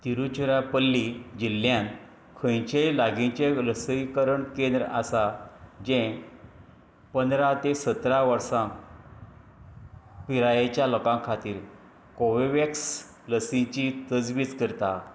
तिरुचिरापल्ली जिल्ल्यांत खंयचेंय लागींचें लसीकरण केंद्र आसा जें पंदरा ते सतरा वर्सां पिरायेच्या लोकां खातीर कोवेव्हॅक्स लसीची तजवीज करता